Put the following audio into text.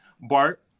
Bart